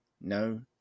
no